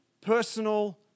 personal